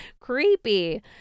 Creepy